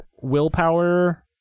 willpower